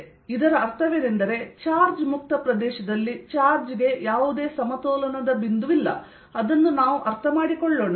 ಮತ್ತು ಇದರ ಅರ್ಥವೇನೆಂದರೆ ಚಾರ್ಜ್ ಮುಕ್ತ ಪ್ರದೇಶದಲ್ಲಿ ಚಾರ್ಜ್ ಗೆ ಯಾವುದೇ ಸಮತೋಲನ ಬಿಂದುವಿಲ್ಲ ಅದನ್ನು ನಾವು ಅರ್ಥಮಾಡಿಕೊಳ್ಳೋಣ